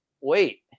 wait